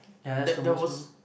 ya that's the most memo~